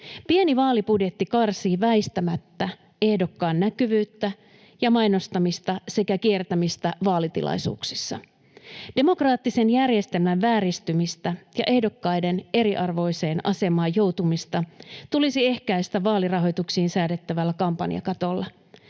Pieni vaalibudjetti karsii väistämättä ehdokkaan näkyvyyttä ja mainostamista sekä kiertämistä vaalitilaisuuksissa. Demokraattisen järjestelmän vääristymistä ja ehdokkaiden eriarvoiseen asemaan joutumista tulisi ehkäistä vaalirahoituksiin säädettävällä kampanjakatolla.